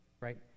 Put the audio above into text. right